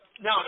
No